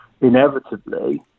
inevitably